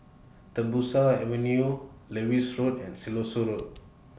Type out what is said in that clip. Tembusu Avenue Lewis Road and Siloso Road